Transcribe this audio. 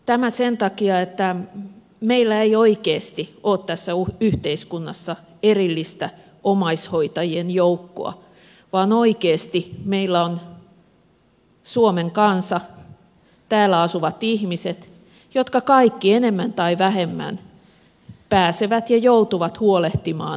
tämä sen takia että meillä ei oikeasti ole tässä yhteiskunnassa erillistä omaishoitajien joukkoa vaan oikeasti meillä on suomen kansa täällä asuvat ihmiset jotka kaikki enemmän tai vähemmän pääsevät ja joutuvat huolehtimaan läheisistä